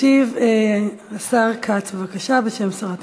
ישיב השר כץ, בבקשה, בשם שרת המשפטים.